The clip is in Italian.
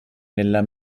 nella